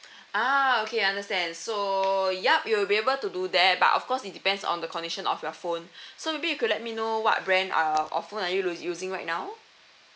ah okay understand so yup you'll be able to do that but of course it depends on the condition of your phone so maybe you could let me know what brand are of phone are you u~ using right now